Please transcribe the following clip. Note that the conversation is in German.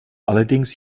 allerdings